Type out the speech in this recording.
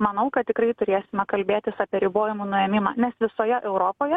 manau kad tikrai turėsime kalbėtis apie ribojimų nuėmimą nes visoje europoje